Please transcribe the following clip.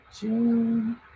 June